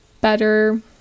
better